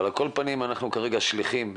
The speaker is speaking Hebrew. על כל פנים אנחנו כרגע שליחים,